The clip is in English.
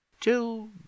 till